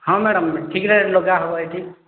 ହଁ ମ୍ୟାଡ଼ାମ ଠିକ୍ ରେଟ ଲଗା ହେବ ଏହିଠି